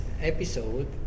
episode